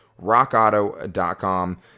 rockauto.com